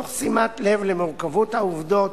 תוך שימת לב למורכבות העובדות,